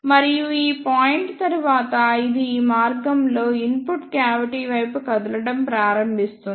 మరియు ఈ పాయింట్ తరువాత ఇది ఈ మార్గంలో ఇన్పుట్ క్యావిటీ వైపు కదలడం ప్రారంభిస్తుంది